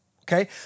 Okay